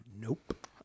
Nope